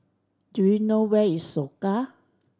do you know where is Soka